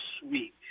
sweet